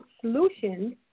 solutions